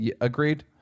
agreed